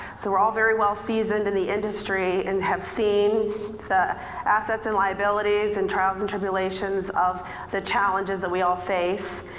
so we're all very well seasoned in the industry and have seen the assets and liabilities and trials and tribulations of the challenges that we all face.